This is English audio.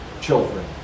children